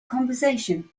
conversation